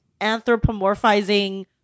anthropomorphizing